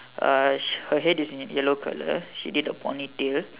uh her head is in yellow colour she did a pony tail